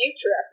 future